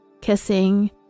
kissing